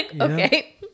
okay